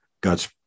God's